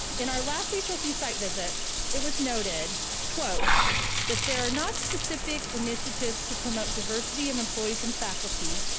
in our last hlc site visit it was noted, quote that there are not specific initiatives to promote diversity of employees and faculty.